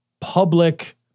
public